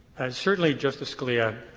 certainly, justice scalia,